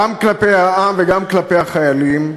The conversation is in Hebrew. גם כלפי העם וגם כלפי החיילים,